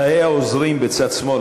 תאי העוזרים בצד שמאל,